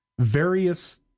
various